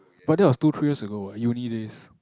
but that was two three years ago what uni days